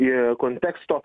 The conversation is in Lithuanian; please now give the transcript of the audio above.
į konteksto